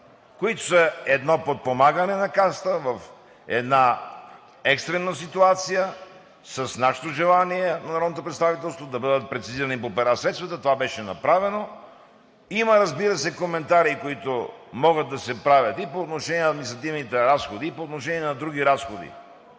които са едно подпомагане на Касата в една екстрена ситуация, с нашето желание – на народното представителство, да бъдат прецизирани средствата по пера, беше направено. Има, разбира се, коментари, които могат да се правят и по отношение на административните разходи, и по отношение на други разходи,